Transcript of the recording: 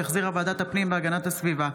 שהחזירה ועדת הפנים והגנת הסביבה.